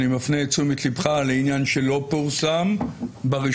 אני מפנה את תשומת ליבך לעניין שלא פורסם ברשומות,